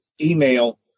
email